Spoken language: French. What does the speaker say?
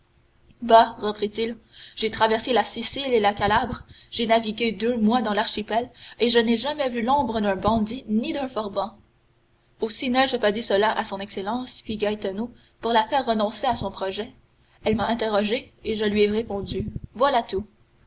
reprit-il j'ai traversé la sicile et la calabre j'ai navigué deux mois dans l'archipel et je n'ai jamais vu l'ombre d'un bandit ni d'un forban aussi n'ai-je pas dit cela à son excellence fit gaetano pour la faire renoncer à son projet elle m'a interrogé et je lui ai répondu voilà tout